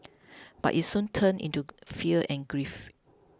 but it soon turned into fear and grief